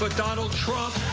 but donald trump.